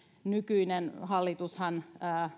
nykyinen hallitushan